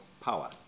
power